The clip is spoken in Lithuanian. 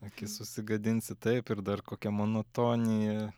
akis susigadinsi taip ir dar kokia monotonija